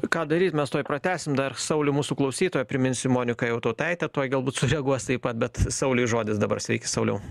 ką daryt mes tuoj pratęsim dar saulių mūsų klausytoją priminsiu monika jotautaitė tuoj galbūt sureaguos taip pat bet sauliui žodis dabar sveiki sauliau